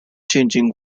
changing